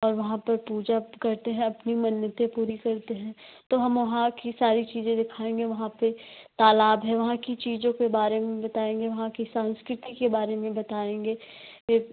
और वहाँ पर पूजा करते हैं अपनी मन्नतें पूरी करते हैं तो हम वहाँ की सारी चीज़ें दिखाएँगे वहाँ पर तालाब है वहाँ की चीज़ों के बारे में बताएँगे वहाँ की संस्कृति के बारे में बताएँगे फिर